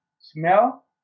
smell